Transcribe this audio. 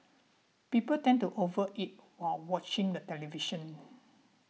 people tend to over eat while watching the television